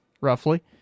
roughly